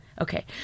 Okay